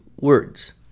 words